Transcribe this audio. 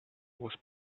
was